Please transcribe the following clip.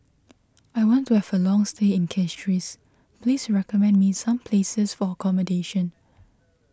I want to have a long stay in Castries please recommend me some places for accommodation